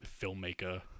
filmmaker